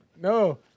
no